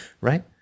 Right